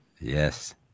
Yes